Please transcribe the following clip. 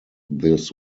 this